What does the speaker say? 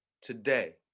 today